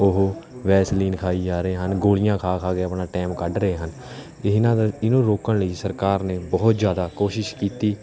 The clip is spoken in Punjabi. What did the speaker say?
ਉਹ ਵੈਸਲੀਨ ਖਾਈ ਜਾ ਰਹੇ ਹਨ ਗੋਲੀਆਂ ਖਾ ਖਾ ਕੇ ਆਪਣਾ ਟਾਈਮ ਕੱਢ ਰਹੇ ਹਨ ਇਹਨਾਂ ਦਾ ਇਹਨੂੰ ਰੋਕਣ ਲਈ ਸਰਕਾਰ ਨੇ ਬਹੁਤ ਜ਼ਿਆਦਾ ਕੋਸ਼ਿਸ਼ ਕੀਤੀ